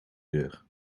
deur